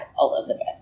Elizabeth